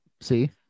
see